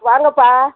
வாங்கப்பா